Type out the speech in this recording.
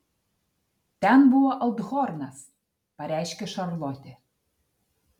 ten buvo althornas pareiškė šarlotė